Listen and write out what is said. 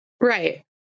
Right